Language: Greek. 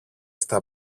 στα